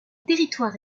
territoire